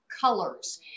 colors